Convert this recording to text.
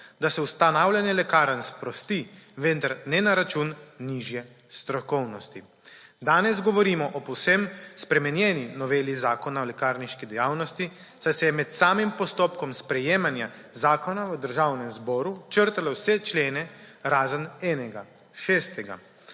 da se ustanavljanje lekarn sprosti, vendar ne na račun nižje strokovnosti. Danes govorimo o povsem spremenjeni noveli Zakona o lekarniški dejavnosti, saj se je med samim postopkom sprejemanja zakona v Državnem zboru črtalo vse člene, razen enega, šestega.